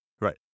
Right